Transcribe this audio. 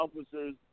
officers